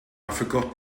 forgot